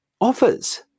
offers